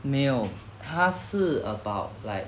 没有他是 about like